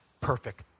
perfect